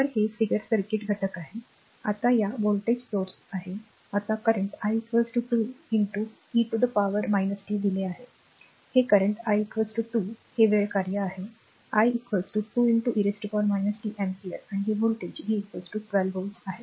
तर हे figure circuit घटक आहे आता हा व्होल्टेज स्रोत आहे आता current i 2 e to the power t दिले आहे हे करंट i 2 हे वेळ कार्य आहे i 2 e t एमपीयर आणि हे व्होल्टेज v 12 व्होल्ट आहे